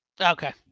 Okay